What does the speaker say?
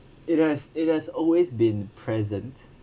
it has it has always been present